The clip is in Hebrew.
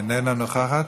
איננה נוכחת.